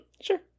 Sure